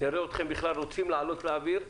נראה אתכם בכלל רוצים לעלות לאוויר,